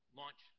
launch